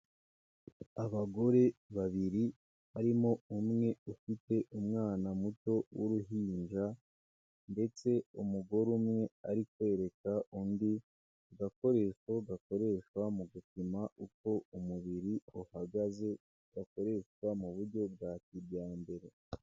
Abagore babiri harimo umwe ufite umwana muto w'uruhinja ndetse umugore umwe ari kwereka undi agakoresho gakoreshwa mu gupima uko umubiri uhagaze, gakoreshwa mu buryo bwa kijyambere.